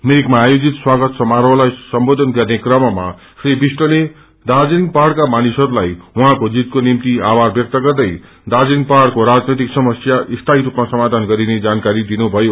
मिरिकमा आयोजित स्वगात समारोहलाई सम्बोधन गर्नुहुँदै श्री विष्टले दार्जीलिङ पहाइका मानिसहरूलाई उहाँको जीतका निभ्ति आभार व्यक्त गर्दै दार्जीलिङ पहाड़को राजनैतिक समस्य सीयी स्पमा सामाधन गरिने जानकारी दिनुषयो